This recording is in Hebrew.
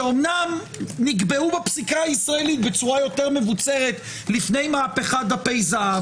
שאומנם נקבעו בפסיקה הישראלית בצורה יותר מבוצרת לפני מהפכת דפי זהב,